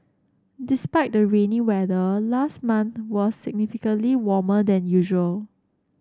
despite the rainy weather last month was significantly warmer than usual